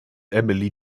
emily